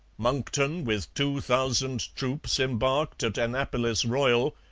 monckton, with two thousand troops, embarked at annapolis royal,